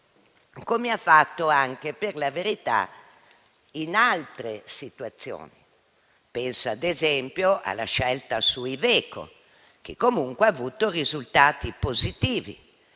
come ha fatto anche, per la verità, in altre situazioni. Penso ad esempio alla scelta su Iveco, che comunque ha avuto risultati positivi,